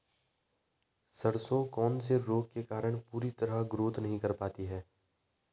सरसों कौन से रोग के कारण पूरी तरह ग्रोथ नहीं कर पाती है?